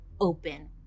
open